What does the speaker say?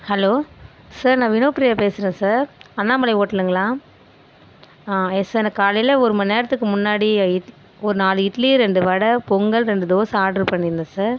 hello sir நான் வினோப்ரியா பேசுகிறேன் sir Annamalai ஹோட்டலுங்களா யெஸ் சார் நான் காலையில ஒருமண் நேரத்துக்கு முன்னாடி இட் ஒரு நாலு இட்லி ரெண்டு வடை பொங்கல் ரெண்டு தோசை ஆர்ட்ரு பண்ணி இருந்தேன் சார்